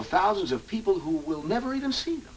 of thousands of people who will never even see